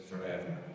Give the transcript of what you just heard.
forever